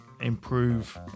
improve